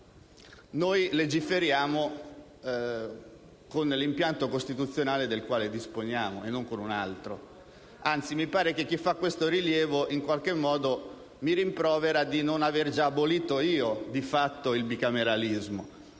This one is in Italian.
noi legiferiamo con l'impianto costituzionale del quale disponiamo e non con un altro. Anzi, mi pare che chi muove questo rilievo mi rimproveri di non avere già abolito io, di fatto, il bicameralismo